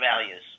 values